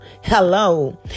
Hello